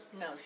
No